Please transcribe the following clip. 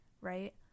right